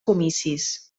comicis